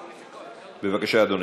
בבקשה, אדוני.